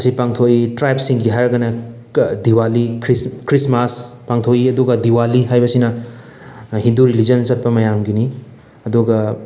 ꯑꯁꯤ ꯄꯥꯡꯊꯣꯡꯏ ꯇ꯭ꯔꯥꯏꯞꯁꯤꯡꯒꯤ ꯍꯥꯏꯔꯒꯅ ꯗꯤꯋꯥꯂꯤ ꯈ꯭ꯔꯤꯁꯃꯥꯁ ꯄꯥꯡꯊꯣꯛꯏ ꯑꯗꯨꯒ ꯗꯤꯋꯥꯂꯤ ꯍꯥꯏꯕꯁꯤꯅ ꯍꯤꯟꯗꯨ ꯔꯤꯂꯤꯖꯟ ꯆꯠꯄ ꯃꯌꯥꯝꯒꯤꯅꯤ ꯑꯗꯨꯒ